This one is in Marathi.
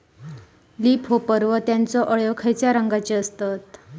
लीप होपर व त्यानचो अळ्या खैचे रंगाचे असतत?